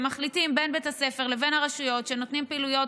מחליטים בין בית הספר לבין הרשויות שנותנים פעילויות,